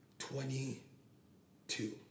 Twenty-two